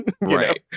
Right